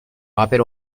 rappel